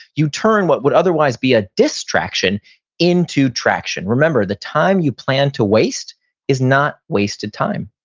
you turn what would otherwise be a distraction into traction. remember, the time you plan to waste is not wasted time